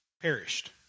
perished